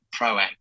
proactive